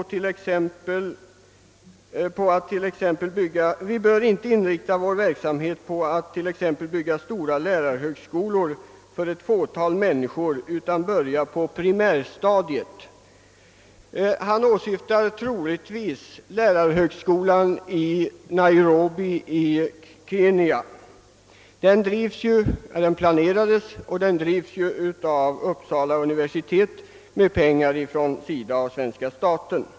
Han sade att vi inte bör inrikta vår verksamhet på att t.ex. bygga stora lärarhögskolor för ett fåtal människor, utan vi skall börja på primärstadiet. Han åsyftade troligtvis lärarhögskolan i Nairobi i Kenya. Den planerades och drivs av Uppsala universitet med pengar från SIDA och svenska staten.